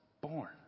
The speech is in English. born